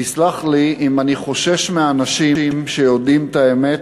תסלח לי אם אני חושש מאנשים שיודעים את האמת,